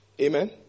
Amen